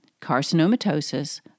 carcinomatosis